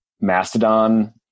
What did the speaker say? Mastodon